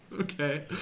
Okay